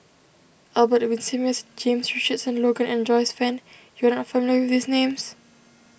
Albert Winsemius James Richardson Logan and Joyce Fan you are not familiar with these names